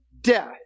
death